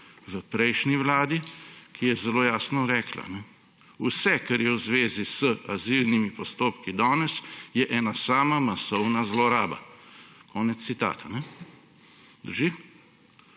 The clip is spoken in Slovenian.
v prejšnji vladi, ki je zelo jasno rekla: »Vse, kar je v zvezi z azilnimi postopki danes, je ena sama masovna zloraba.« Konec citata. Drži?